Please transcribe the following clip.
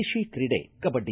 ದೇಶಿ ಕ್ರೀಡೆ ಕಬಡ್ಡಿ